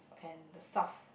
and the south